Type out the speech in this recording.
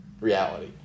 reality